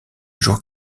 jours